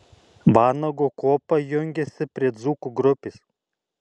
vanago kuopa jungiasi prie dzūkų grupės